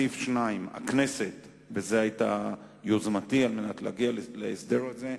סעיף 2, וזו היתה יוזמתי על מנת להגיע להסדר הזה,